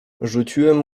rzuciłem